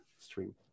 stream